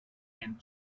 and